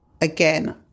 Again